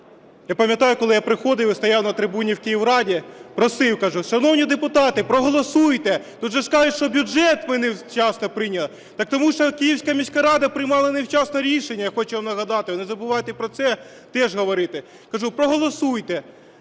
Я пам'ятаю, коли я приходив і стояв на трибуні в Київраді, просив, кажу: "Шановні депутати, проголосуйте". Тут же ж кажуть, що бюджет ми невчасно прийняли. Так тому, що Київська міська рада приймала невчасно рішення, я хочу вам нагадати. Ви не забувайте про це теж говорити. Кажу: "Проголосуйте".